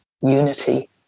unity